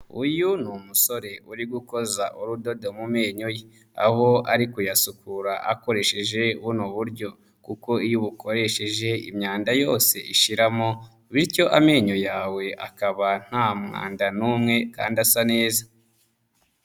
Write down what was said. Uyu ni umusore uri gukoza urudodo mu menyo ye, aho ari kuyasukura akoresheje buno buryo kuko iyo ukoresheje imyanda yose ishiramo bityo amenyo yawe akaba nta mwanda n'umwe kandi asa neza.